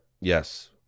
Yes